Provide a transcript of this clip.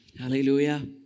Hallelujah